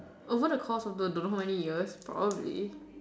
oh what the cost of the don't know how many years probably